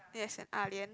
yes an Ah-Lian